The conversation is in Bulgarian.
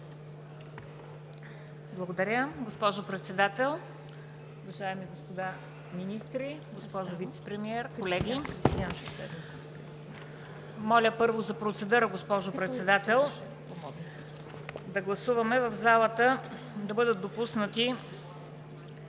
Благодаря, госпожо Председател. Уважаеми господа министри, госпожо Вицепремиер, колеги! Моля, първо, за процедура, госпожо Председател – да гласуваме в залата да бъдат допуснати